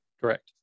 correct